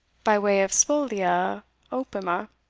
by way of spolia opima.